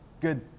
good